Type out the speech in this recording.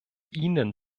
ihnen